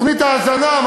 תוכנית ההזנה,